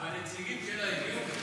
והנציגים שלה הגיעו?